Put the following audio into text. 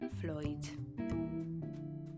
Floyd